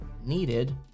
needed